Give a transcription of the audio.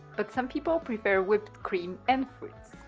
but some people prepare whipped cream and fruits.